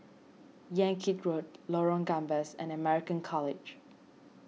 Yan Kit Road Lorong Gambas and American College